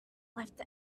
left